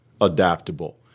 adaptable